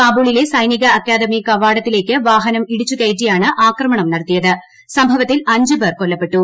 കാബൂളിലെ സൈനിക അക്കാദമി കൂവാടത്തിലേക്ക് വാഹനം ഇടിച്ചുകയറ്റിയാണ് ആക്രമണം നടത്തിയത്ത് സ്ംഭവത്തിൽ അഞ്ചു പേർ കൊല്ലപ്പെട്ടു